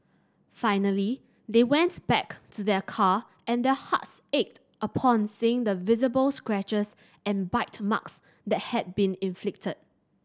finally they went back to their car and their hearts ached upon seeing the visible scratches and bite marks that had been inflicted